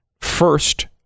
First